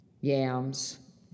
yams